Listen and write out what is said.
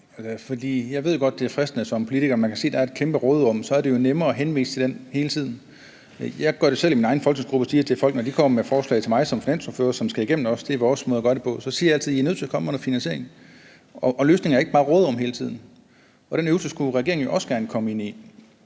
mangler at prioritere ting. Når man som politiker kan se, at der er et kæmpe råderum, så ved jeg godt, at det er fristende og nemmere at henvise til det hele tiden. Jeg gør det selv i min egen folketingsgruppe. Når folk kommer med forslag til mig som finansordfører, som det også skal igennem – det er vores måde at gøre det på – så siger jeg altid: I er nødt til at komme med noget finansiering, og løsningen er ikke altid bare råderummet. Den øvelse skulle regeringen også gerne komme ind i.